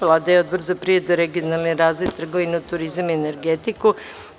Vlada i Odbor za privredu, regionalni razvoj, trgovinu, turizam i energetiku